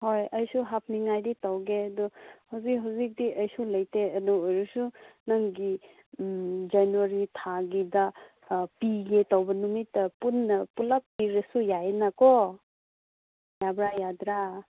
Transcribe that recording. ꯍꯣꯏ ꯑꯩꯁꯨ ꯍꯥꯞꯅꯤꯡꯉꯥꯏꯗꯤ ꯇꯧꯒꯦ ꯑꯗꯨ ꯍꯧꯖꯤꯛ ꯍꯧꯖꯤꯛꯇꯤ ꯑꯩꯁꯨ ꯂꯩꯇꯦ ꯑꯗꯨ ꯑꯣꯏꯔꯁꯨ ꯅꯪꯒꯤ ꯖꯥꯅꯨꯋꯥꯔꯤ ꯊꯥꯒꯤꯗ ꯄꯤꯒꯦ ꯇꯧꯕ ꯅꯨꯃꯤꯠꯇ ꯄꯨꯟꯅ ꯄꯨꯂꯞ ꯄꯤꯔꯁꯨ ꯌꯥꯏꯗꯅꯀꯣ ꯌꯥꯕ꯭ꯔꯥ ꯌꯥꯗ꯭ꯔꯥ